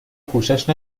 پوشش